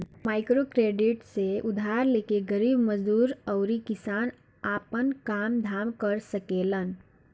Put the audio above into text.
microcredit से उधार लेके गरीब मजदूर अउरी किसान आपन काम धाम कर सकेलन